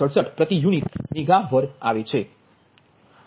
0067 પ્રતિ યુનિટ મેગાવર આવે છે